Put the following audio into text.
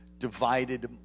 divided